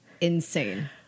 insane